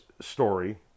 story